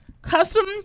Custom